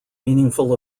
meaningful